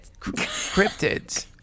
Cryptids